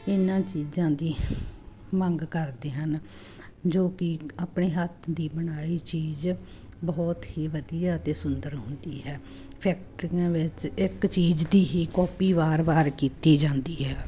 ਇਹਨਾਂ ਚੀਜ਼ਾਂ ਦੀ ਮੰਗ ਕਰਦੇ ਹਨ ਜੋ ਕਿ ਆਪਣੇ ਹੱਥ ਦੀ ਬਣਾਈ ਚੀਜ਼ ਬਹੁਤ ਹੀ ਵਧੀਆ ਅਤੇ ਸੁੰਦਰ ਹੁੰਦੀ ਹੈ ਫੈਕਟਰੀਆਂ ਵਿੱਚ ਇੱਕ ਚੀਜ਼ ਦੀ ਹੀ ਕਾਪੀ ਵਾਰ ਵਾਰ ਕੀਤੀ ਜਾਂਦੀ ਹੈ